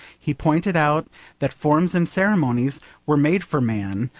he pointed out that forms and ceremonies were made for man,